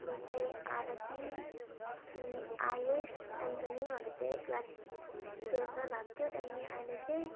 जस्तै आरती अनि आयुष एन्थनीहरू चाहिँ क्लास ट्वेल्भमा भएको थियो त्यहाँदेखि अहिले चाहिँ